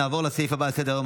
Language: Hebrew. נעבור לסעיף הבא על סדר-היום,